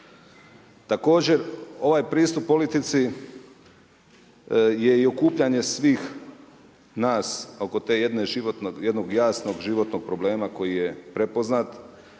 Također ovaj pristup politici je i okupljanje svih nas oko tog jednog jasnog životnog problema koji je prepoznat